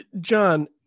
John